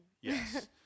Yes